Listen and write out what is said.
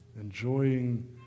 enjoying